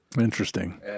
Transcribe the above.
Interesting